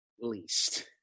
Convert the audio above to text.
least